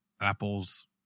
Apple's